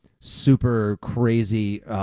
super-crazy